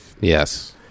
Yes